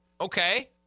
Okay